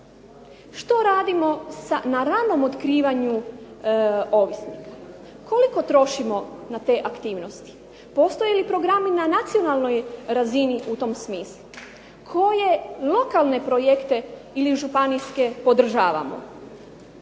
Što radimo na ranom otkrivanju ovisnika? Koliko trošimo na te aktivnosti? Postoje li programi na nacionalnoj razini u tom smislu? Koje lokalne projekte ili županijske podržavamo?